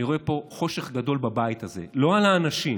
אני רואה פה חושך גדול בבית הזה, לא על האנשים,